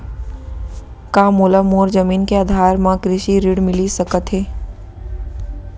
का मोला मोर जमीन के आधार म कृषि ऋण मिलिस सकत हे?